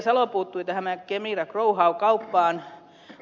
salo puuttui tähän kemira growhow kauppaan